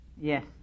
Yes